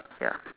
ya